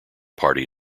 party